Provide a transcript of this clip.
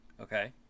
Okay